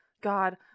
God